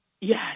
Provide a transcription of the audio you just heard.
yes